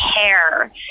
care